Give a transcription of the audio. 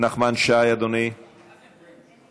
נחמן שי, אדוני, בבקשה.